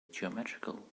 geometrical